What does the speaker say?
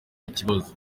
ikibazo